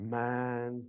man